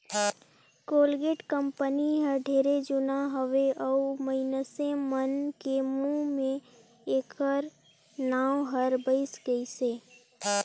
Colgate company हर ढेरे जुना हवे अऊ मइनसे मन के मुंह मे ऐखर नाव हर बइस गइसे